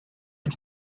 and